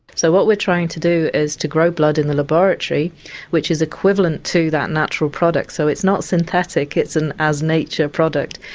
so what we're trying to do is to grow blood in the laboratory which is equivalent to that natural product so it's not synthetic it's an as nature product.